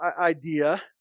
idea